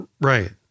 Right